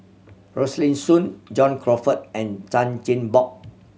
Rosaline Soon John Crawfurd and Chan Chin Bock